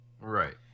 Right